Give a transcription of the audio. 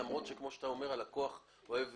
למרות שכפי שאתה אומר הלקוח אוהב